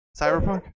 Cyberpunk